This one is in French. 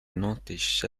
nantes